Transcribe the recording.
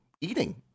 eating